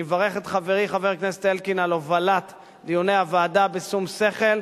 אני מברך את חברי חבר הכנסת אלקין על הובלת דיוני הוועדה בשום שכל,